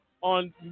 on